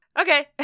Okay